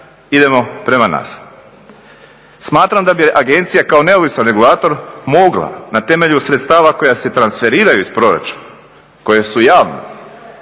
idemo prema nazad. Smatram da bi agencija kao neovisan regulator mogla na temelju sredstava koja se transferiraju iz proračuna koja su javna,